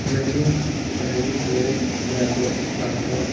ਮੈਨੂੰ ਚਨਈ ਤੋਂ ਜੈਪੁਰ ਤੱਕ